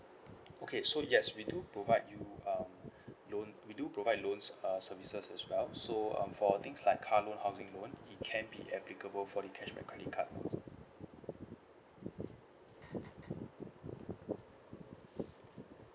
okay so yes we do provide you um loan we do provide loans uh services as well so um for things like car loan housing loan it can be applicable for the cashback credit card